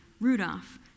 Rudolph